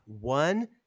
one